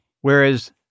whereas